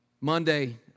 Monday